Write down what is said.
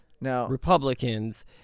Republicans